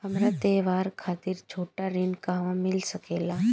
हमरा त्योहार खातिर छोटा ऋण कहवा मिल सकेला?